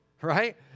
right